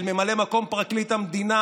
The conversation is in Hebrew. של ממלא מקום פרקליט המדינה,